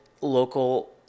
local